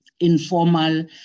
informal